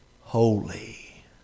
holy